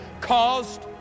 caused